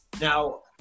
Now